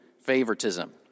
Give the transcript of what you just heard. favoritism